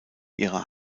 ihrer